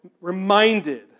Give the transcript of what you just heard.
reminded